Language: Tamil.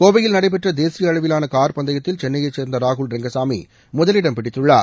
கோவையில் நடைபெற்ற தேசிய அளவிலான கார் பந்தயத்தில் சென்னையைச் சேர்ந்த ராகுல் ரெங்கசாமி முதலிடம் பிடித்துள்ளார்